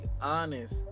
honest